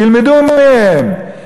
תלמדו מהם.